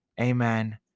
Amen